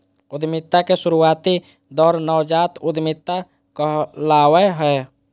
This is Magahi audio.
उद्यमिता के शुरुआती दौर नवजात उधमिता कहलावय हय